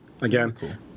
Again